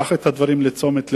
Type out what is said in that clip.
ייקח את הדברים לתשומת לבו,